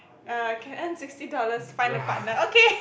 err can earn sixty dollars find a partner okay